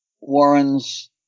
Warren's